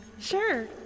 Sure